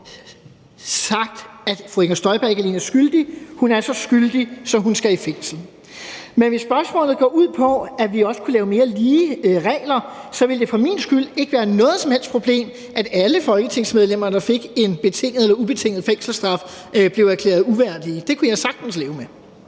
sagt, at fru Inger Støjberg ikke alene er skyldig, hun er så skyldig, at hun skal i fængsel. Men hvis spørgsmålet går ud på, at vi også kunne lave mere lige regler, ville det for min skyld ikke være noget som helst problem, at alle folketingsmedlemmer, der fik en betinget eller ubetinget fængselsstraf, blev erklæret uværdige. Det kunne jeg sagtens leve med.